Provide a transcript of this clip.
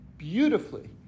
Beautifully